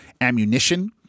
ammunition